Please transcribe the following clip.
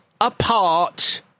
apart